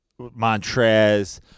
Montrez